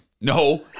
no